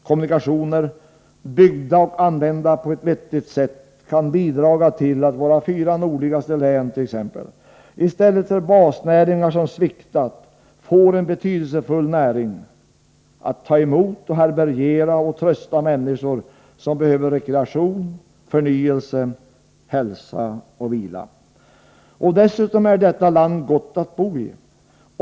Kommunikationer, byggda och använda på ett vettigt sätt, kan bidra till att våra fyra nordligaste län i stället för basnäringar som sviktat får en betydelsefull näring: att ta emot och härbärgera och trösta människor som behöver rekreation, förnyelse, hälsa, vila. Dessutom är detta land gott att bo i.